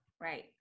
Right